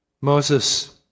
Moses